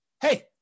hey